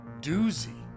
doozy